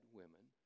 women